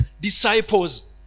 disciples